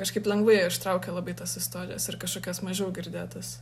kažkaip lengvai jie ištraukė labai tas istorijas ir kažkokias mažiau girdėtas